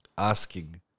Asking